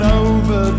over